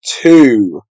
two